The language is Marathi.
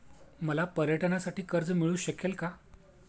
मला पर्यटनासाठी कर्ज मिळू शकेल का?